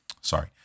sorry